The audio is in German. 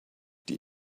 die